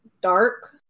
dark